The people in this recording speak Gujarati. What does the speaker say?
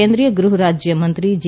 કેન્દ્રિય ગૃહરાજ્ય મંત્રી જી